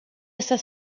ses